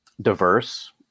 diverse